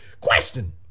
Question